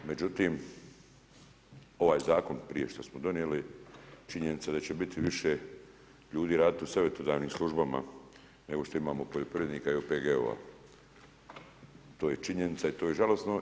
Međutim, ovaj zakon prije što smo donijeli, činjenica da će biti više ljudi raditi u savjetodavnim službama nego što imamo poljoprivrednika i OPG-ova, to je činjenica i to je žalosno.